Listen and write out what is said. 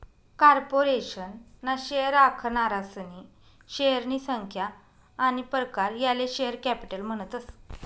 corporation ना share आखनारासनी शेअरनी संख्या आनी प्रकार याले शेअर कॅपिटल म्हणतस